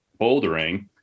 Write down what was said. bouldering